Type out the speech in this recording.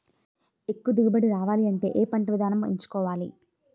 ఎక్కువ దిగుబడి రావాలంటే ఏ పంట విధానం ఎంచుకోవాలి?